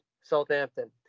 Southampton